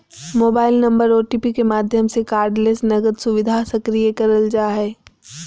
mobile number OTP के माध्यम से कार्डलेस नकद सुविधा सक्रिय करल जा हय